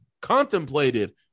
contemplated